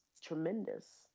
tremendous